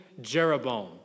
Jeroboam